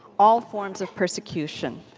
all forms of persecution.